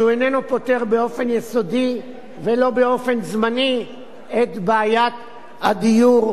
שאיננו פותר באופן יסודי ולא באופן זמני את בעיית הדיור,